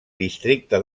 districte